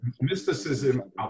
mysticism